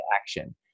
action